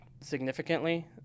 significantly